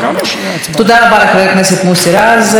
תודה רבה לחבר הכנסת מוסי רז.